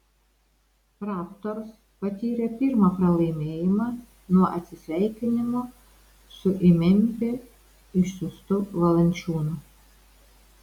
raptors patyrė pirmą pralaimėjimą nuo atsisveikinimo su į memfį išsiųstu valančiūnu